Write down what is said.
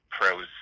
pros